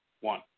One